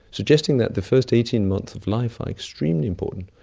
suggesting that the first eighteen months of life are extremely important.